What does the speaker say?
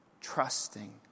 trusting